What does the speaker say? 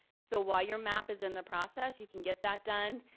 so while your map is in the process, you can get that done,